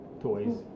toys